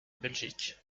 belgique